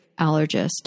allergist